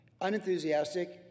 unenthusiastic